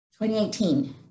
2018